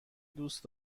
دوست